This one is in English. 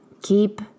keep